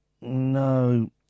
no